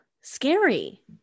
Scary